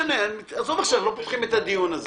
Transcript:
עזוב עכשיו, אנחנו לא פותחים את הדיון הזה.